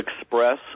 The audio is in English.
express